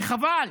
וחבל.